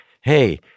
hey